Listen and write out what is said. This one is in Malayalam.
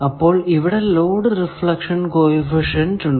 അപ്പോൾ ഇവിടെ ലോഡ് റിഫ്ലക്ഷൻ കോ എഫിഷ്യന്റ് ഉണ്ട്